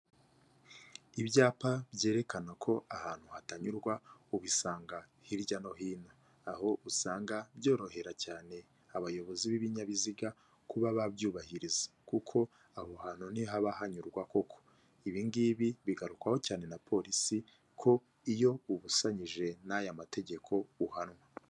Ibyapa byerekana ko ahantu hatanyurwa ubisanga hirya no hino. Aho usanga byorohera cyane abayobozi b'ibinyabiziga kuba babyubahiriza, kuko aho hantu ntihaba hanyurwa koko. Ibingibi bigarukwaho cyane na polisi ko iyo ubusanyije n'aya mategeko uhanwa.